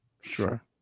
Sure